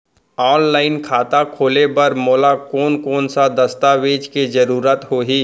Online खाता खोले बर मोला कोन कोन स दस्तावेज के जरूरत होही?